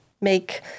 make